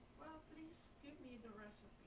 please give me the recipe.